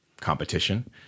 competition